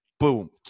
boom